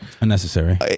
Unnecessary